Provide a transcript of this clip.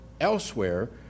elsewhere